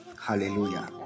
Hallelujah